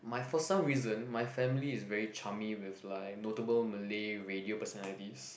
my for some reason my family is very chummy with like notable Malay radio personalities